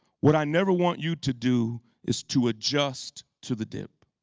what i never want you to do is to adjust to the dip.